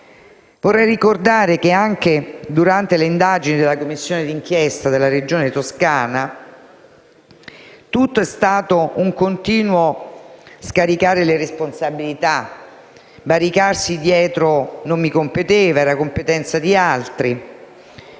Vorrei ricordare che anche durante le indagini della Commissione di inchiesta della Regione Toscana vi è stato un continuo scaricare le responsabilità e barricarsi dietro le affermazioni: non mi competeva, era competenza di altri.